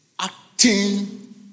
acting